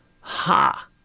Ha